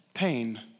pain